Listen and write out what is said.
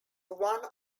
one